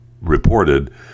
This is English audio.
reported